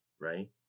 right